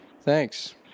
Thanks